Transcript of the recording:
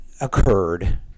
occurred